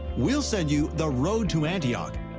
we'll send you the road to antioch,